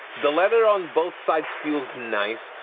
the leather on both sides feels nice.